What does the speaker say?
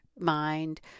mind